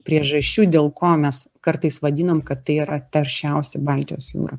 priežasčių dėl ko mes kartais vadinam kad tai yra taršiausia baltijos jūra